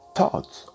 Thoughts